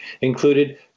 included